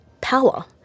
power